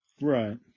right